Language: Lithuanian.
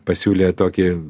pasiūlė tokį